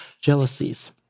jealousies